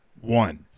one